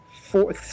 four